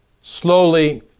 slowly